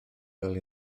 fel